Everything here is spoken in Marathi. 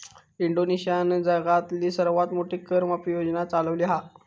इंडोनेशियानं जगातली सर्वात मोठी कर माफी योजना चालवली हा